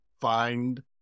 find